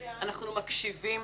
אנחנו מקשיבים,